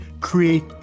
create